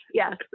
yes